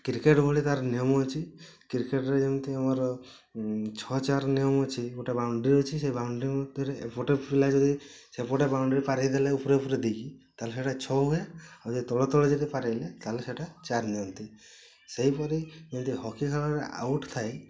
cricket ଭଳି ତା'ର ନିୟମ ଅଛି କ୍ରିକେଟ୍ରେ ଯେମିତି ଆମର ଛଅ ଚାରି ନିୟମ ଅଛି ଗୋଟେ ବାଉଣ୍ଡ୍ରି ଅଛି ସେ ବାଉଣ୍ଡ୍ରି ଭିତରେ ଏପଟେ ପିଲା ଯଦି ସେପଟେ ବାଉଣ୍ଡ୍ରି ପାରେଇ ଦେଲେ ଉପରେ ଉପରେ ଦେଇକି ତାହେଲେ ହେଇଟା ଛଅ ହୁଏ ଆଉ ତଳେ ତଳେ ଯଦି ପାରେଇଲେ ତାହେଲେ ସେଇଟା ଚାରି ନିଅନ୍ତି ସେହିପରି ଯେନ୍ତି ହକିଖେଳରେ ଆଉଟ୍ ଥାଏ